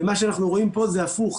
ומה שאנחנו רואים פה זה הפוך.